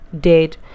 dead